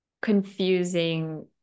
confusing